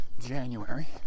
January